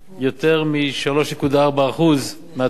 יותר מ-3.4% מהתוצר,